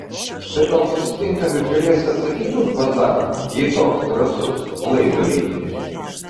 tai gal susitinkam ir galėsi atsakyt už bazarą jei toks drąsus laido riteri